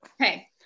Okay